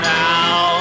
now